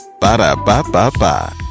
Ba-da-ba-ba-ba